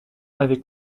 avec